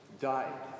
died